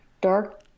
dark